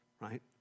right